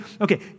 okay